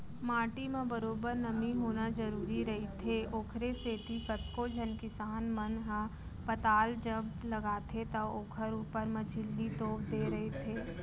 माटी म बरोबर नमी होना जरुरी रहिथे, ओखरे सेती कतको झन किसान मन ह पताल जब लगाथे त ओखर ऊपर म झिल्ली तोप देय रहिथे